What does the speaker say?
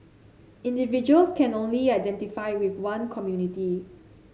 individuals can only identify with one community